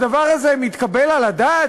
הדבר הזה מתקבל על הדעת?